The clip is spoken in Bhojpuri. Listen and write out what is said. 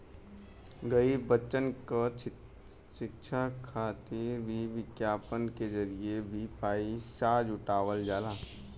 गरीब बच्चन क शिक्षा खातिर भी विज्ञापन के जरिये भी पइसा जुटावल जाला